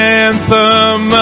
anthem